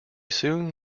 soon